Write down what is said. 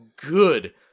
good